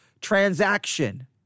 transaction